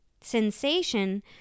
sensation